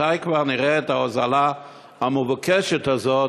מתי כבר נראה את ההוזלה המבוקשת הזאת?